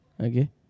Okay